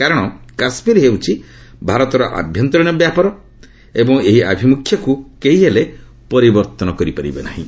କାରଣ କାଶ୍ମୀର ହେଉଛି ଭାରତର ଆଭ୍ୟନ୍ତରୀଣ ବ୍ୟାପାର ଏବଂ ଏହି ଆଭିମୁଖ୍ୟକୁ କେହି ହେଲେ ପରିବର୍ତ୍ତନ କରିପାରିବେ ନାହିଁ